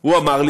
הוא אמר לי,